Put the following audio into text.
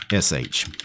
sh